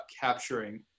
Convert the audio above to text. capturing